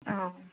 औ